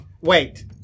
Wait